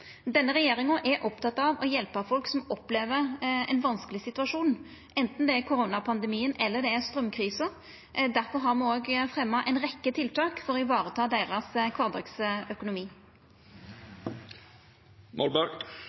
Denne regjeringa er oppteken av å hjelpa folk som opplever ein vanskeleg situasjon, anten det er koronapandemien eller det er straumkrisa. Difor har me òg fremja ei rekkje tiltak for å vareta kvardagsøkonomien deira.